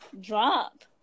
drop